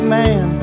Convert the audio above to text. man